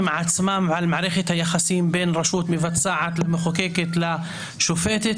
עצמם ועל מערכת היחסים בין רשות מבצעת למחוקקת לשופטת